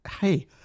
hey